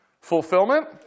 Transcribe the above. Fulfillment